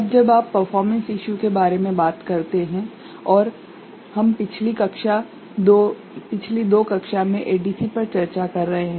अब जब आप परफ़ोर्मेंस इशू के बारे में बात करते हैं और हम पिछली दो कक्षा में एडीसी पर चर्चा कर रहे हैं